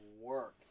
works